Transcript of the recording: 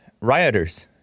rioters